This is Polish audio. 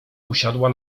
usiadła